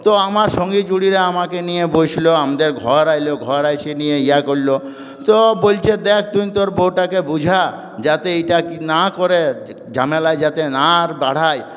তো আমার সঙ্গী জুড়িরা আমাকে নিয়ে বোইসলো আমদের ঘর আইলো ঘর আইসে নিয়ে ইয়া কইরলো তো বলচে দেখ তুই তোর বউটাকে বুঝা যাতে এইটা কি না করে ঝামেলা যাতে না আর বাড়হায়